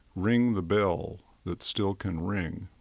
ring the bell that still can ring.